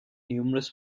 numerous